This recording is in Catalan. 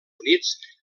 units